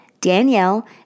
Danielle